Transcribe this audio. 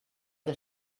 the